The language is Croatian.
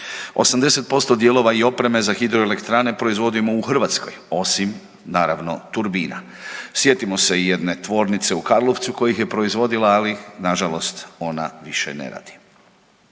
80% dijelova i opreme za hidroelektrane proizvodimo u Hrvatskoj osim naravno turbina. Sjetimo se i jedne tvornice u Karlovcu koja ih je proizvodila ali nažalost ona više ne radi.